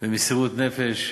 במסירות נפש.